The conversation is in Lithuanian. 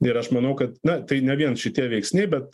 ir aš manau kad na tai ne vien šitie veiksniai bet